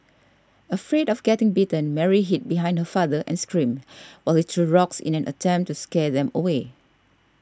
afraid of getting bitten Mary hid behind her father and screamed while he threw rocks in an attempt to scare them away